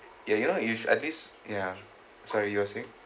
ya you know you should at least ya sorry you were saying